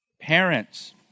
Parents